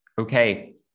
okay